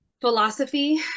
philosophy